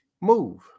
move